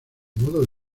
modo